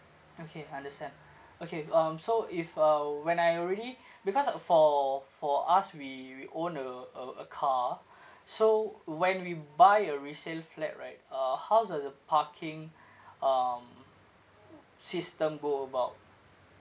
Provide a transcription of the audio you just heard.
okay understand okay um so if uh when I already because uh for for us we we own a a a car so when we buy a resale flat right uh how does the parking um system go about